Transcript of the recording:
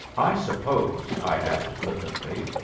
i suppose, i added flippantly,